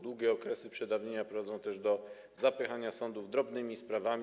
Długie okresy przedawnienia prowadzą też do zapychania sądów drobnymi sprawami.